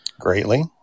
greatly